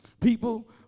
People